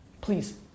Please